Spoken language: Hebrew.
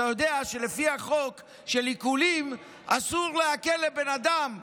אתה יודע שלפי החוק של עיקולים אסור לעקל לבן אדם,